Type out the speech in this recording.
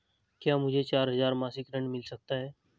क्या मुझे चार हजार मासिक ऋण मिल सकता है?